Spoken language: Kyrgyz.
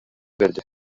берди